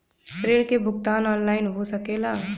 ऋण के भुगतान ऑनलाइन हो सकेला?